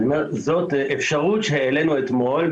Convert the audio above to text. זו אפשרות שהעלינו אתמול.